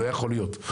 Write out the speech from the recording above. לא יכול להיות.